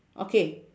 okay